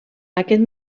aquest